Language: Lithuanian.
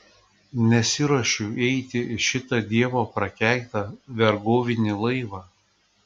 nesiruošiu eiti į šitą dievo prakeiktą vergovinį laivą